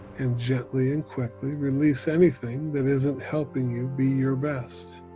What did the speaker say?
and gently and quickly release anything that isn't helping you be your best.